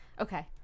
Okay